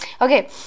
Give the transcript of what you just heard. Okay